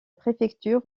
préfecture